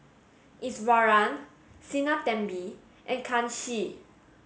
Iswaran Sinnathamby and Kanshi